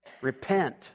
Repent